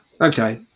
Okay